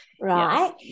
right